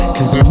Cause